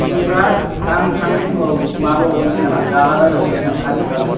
ओमफ्राइ आं थांनाय समाव माबा बावगोनसो गाला बावगोनसो नामा हाजोफ्रालाय